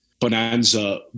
bonanza